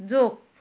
joke